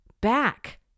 back